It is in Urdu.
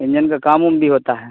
انجن کا کام اوم بھی ہوتا ہے